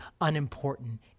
unimportant